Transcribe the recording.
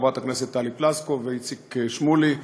חברת הכנסת טלי פלוסקוב ואיציק שמולי.